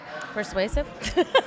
Persuasive